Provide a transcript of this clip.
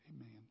Amen